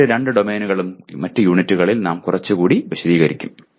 മറ്റ് രണ്ട് ഡൊമെയ്നുകളും മറ്റ് യൂണിറ്റുകളിൽ നാം കുറച്ചുകൂടി വിശദീകരിക്കും